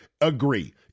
agree